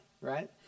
right